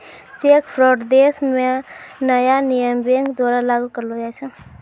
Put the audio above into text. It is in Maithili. चेक फ्राड देश म नया नियम बैंक द्वारा लागू करलो जाय छै